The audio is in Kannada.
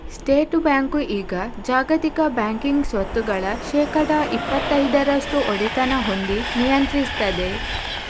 ಸ್ಟೇಟ್ ಬ್ಯಾಂಕು ಈಗ ಜಾಗತಿಕ ಬ್ಯಾಂಕಿಂಗ್ ಸ್ವತ್ತುಗಳ ಶೇಕಡಾ ಇಪ್ಪತೈದರಷ್ಟು ಒಡೆತನ ಹೊಂದಿ ನಿಯಂತ್ರಿಸ್ತದೆ